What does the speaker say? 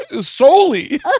solely